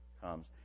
comes